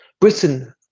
Britain